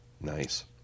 Nice